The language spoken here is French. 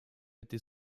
était